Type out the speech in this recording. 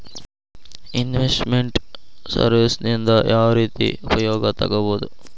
Invest made services ನಿಂದಾ ಯಾವ್ರೇತಿ ಉಪಯೊಗ ತಗೊಬೊದು?